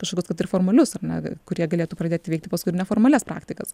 kažkokius kad ir formalius ar ne kurie galėtų pradėti veikti paskui ir neformalias praktikas